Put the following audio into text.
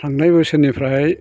थांनाय बोसोरनिफ्राय